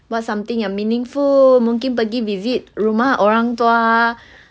buat something yang meaningful mungkin pergi visit rumah orang tua